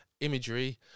imagery